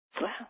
Wow